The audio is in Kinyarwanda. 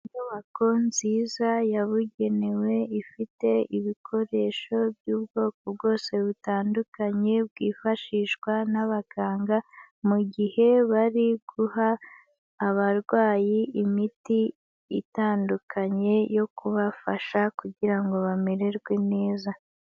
Inyubako nziza yabugenewe, ifite ibikoresho by'ubwoko bwose butandukanye bwifashishwa n'abaganga mu gihe bari guha abarwayi imiti itandukanye yo kubafasha kugira ngo bamererwe neza.